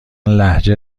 لهجه